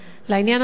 לעניין עצמו,